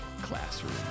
classroom